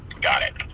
got it.